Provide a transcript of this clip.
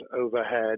overhead